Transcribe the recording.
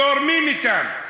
זורמים אתם.